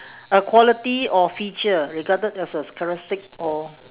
a quality or feature regarded as a characteristic or